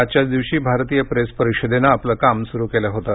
आजच्याच दिवशी भारतीय प्रेस परिषदेनं आपलं काम सुरू केलं होतं